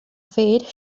fate